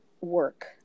work